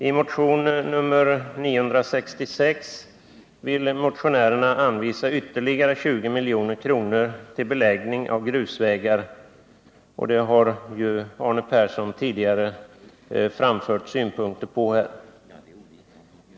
I motionen 966 vill motionärerna anvisa ytterligare 20 milj.kr. till beläggning av grusvägar — Arne Persson har tidigare framfört synpunkter på detta.